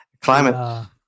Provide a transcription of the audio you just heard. Climate